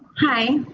hi.